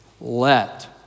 Let